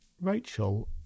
rachel